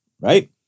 Right